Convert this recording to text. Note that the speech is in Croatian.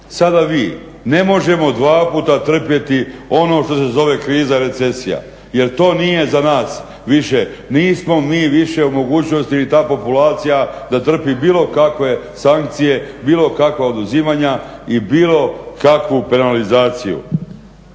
sada vi. Ne možemo dva puta trpjeti ono što se zove kriza i recesija jel to nije za nas više, nismo mi više u mogućnosti i ta populacija da trpi bilo kakve sankcije, bilo kakva oduzimanja i bilo kakvu penalizaciju.